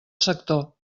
sector